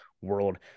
world